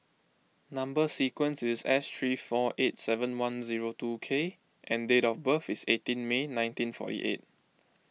Number Sequence is S three four eight seven one zero two K and date of birth is eighteen May nineteen fourty eight